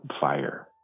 fire